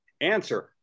answer